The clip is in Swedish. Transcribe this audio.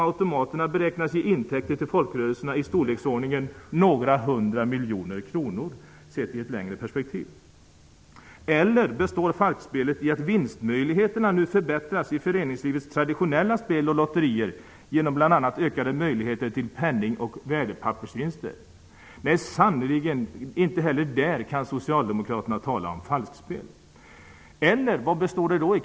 Automaterna beräknas nämligen ge intäkter till folkrörelserna i storleksordningen några 100 miljoner kronor, detta sett i ett längre perspektiv. Eller består falskspelet i att vinstmöjligheterna nu förbättras i föreningslivets traditionella spel och lotterier genom bl.a. ökade möjligheter till penning och värdepappersvinster? Nej sannerligen! Inte heller i det fallet kan Socialdemokraterna tala om falskspel. Vad består falskspelet då i?